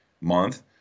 month